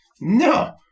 No